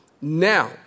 Now